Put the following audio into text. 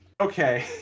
Okay